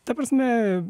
ta prasme